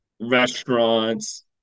restaurants